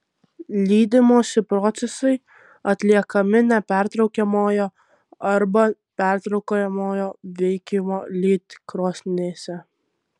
lydymosi procesai atliekami nepertraukiamojo arba pertraukiamojo veikimo lydkrosnėse